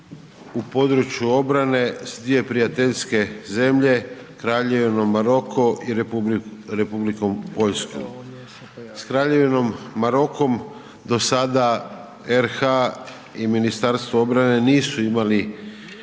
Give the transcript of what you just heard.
u području obrane, s dvije prijateljske zemlje, Kraljevinom Maroko i Republikom Poljskom. S Kraljevinom Markom, do sada RH i Ministarstvo obrane nisu imali